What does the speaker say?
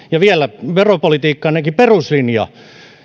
ja vielä veropolitiikkannekin peruslinja